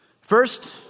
First